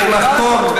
צריך לחקור,